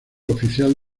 oficial